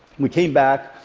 we came back.